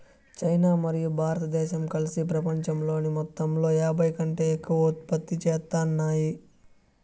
China మరియు భారతదేశం కలిసి పపంచంలోని మొత్తంలో యాభైకంటే ఎక్కువ ఉత్పత్తి చేత్తాన్నాయి